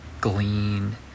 glean